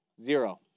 Zero